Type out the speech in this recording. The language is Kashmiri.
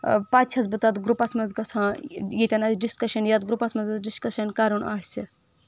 پتہٕ چھس بہٕ تتھ گروپس منٛز گژھان ییٚتٮ۪ن اسہِ ڈسکشن یتھ گروپس منٛز اسہِ ڈسکشن کرُن آسہِ